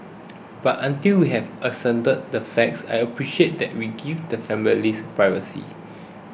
but until we have ascertained the facts I appreciate that we give the families privacy